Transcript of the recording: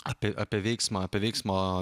apie apie veiksmą apie veiksmą